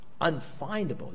unfindable